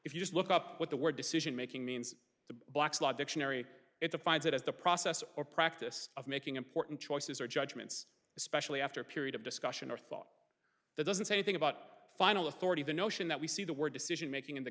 if you just look up what the word decisionmaking means the black's law dictionary it defines it as the process or practice of making important choices or judgments especially after a period of discussion or thought that doesn't say anything about final authority the notion that we see the word decisionmaking in the